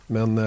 Men